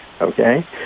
okay